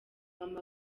mama